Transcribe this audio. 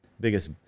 Biggest